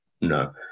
No